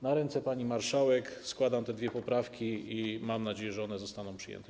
Na ręce pani marszałek składam te dwie poprawki i mam nadzieję, że one zostaną przyjęte.